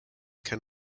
can